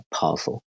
powerful